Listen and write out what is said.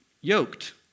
yoked